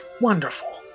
Wonderful